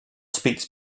speaks